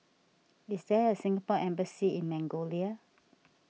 is there a Singapore Embassy in Mongolia